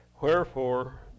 wherefore